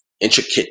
intricate